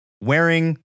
wearing